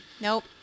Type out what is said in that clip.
nope